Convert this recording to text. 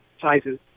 sizes